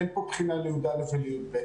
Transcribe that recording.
אין פה בחינה לי"א ולי"ב.